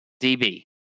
db